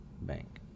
bank